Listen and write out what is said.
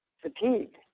fatigued